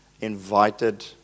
invited